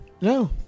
No